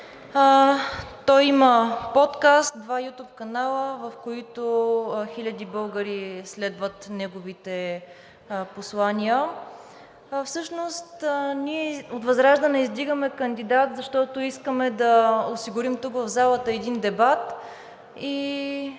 Той има подкаст, два YouTube канала, в които хиляди българи следват неговите послания. Всъщност ние от ВЪЗРАЖДАНЕ издигаме кандидат, защото искаме да осигурим, тук в залата, един дебат